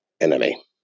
enemy